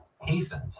hastened